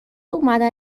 اومدن